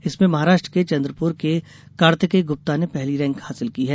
इसमें महाराष्ट्र के चंद्रपुर के कार्तिकेय गुप्ता ने पहली रैंक हासिल की है